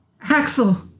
Axel